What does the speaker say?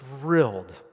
thrilled